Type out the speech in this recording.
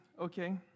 okay